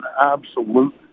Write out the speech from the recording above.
absolute